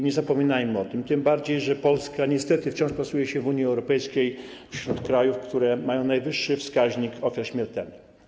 Nie zapominajmy o tym, tym bardziej że Polska niestety wciąż plasuje się w Unii Europejskiej wśród krajów, które mają najwyższy wskaźnik ofiar śmiertelnych.